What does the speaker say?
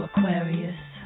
Aquarius